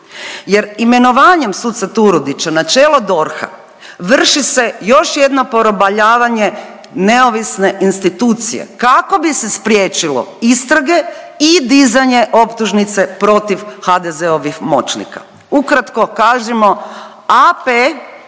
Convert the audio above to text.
Jer imenovanjem suca Turudića na čelo DORH-a vrši se još jedna porobljavanje neovisne institucije kako bi se spriječilo istrage i dizanje optužnice protiv HDZ-ovih moćnika, ukratko kažimo AP